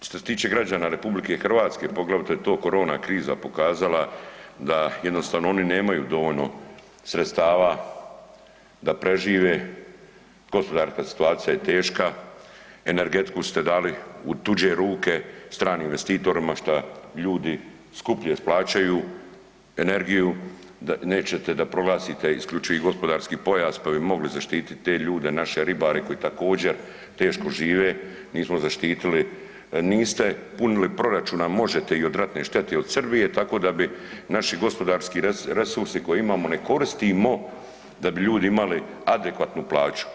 Što se tiče građana RH poglavito je to korona kriza pokazala da jednostavno oni nemaju dovoljno sredstava da prežive, gospodarska situacija je teška, energetiku ste dali u tuđe ruke stranim investitorima, šta ljudi skuplje plaćaju energiju, nećete da proglasite IGP, pa bi mogli zaštitit te ljude, naše ribare koji također teško žive nismo zaštitili, niste punili proračun, a možete i od ratne štete od Srbije tako da bi naši gospodarski resursi koje imamo ne koristimo da bi ljudi imali adekvatnu plaću.